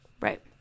right